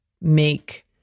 make